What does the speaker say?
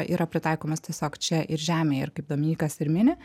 yra pritaikomos tiesiog čia ir žemėje ir kaip dominykas ir mini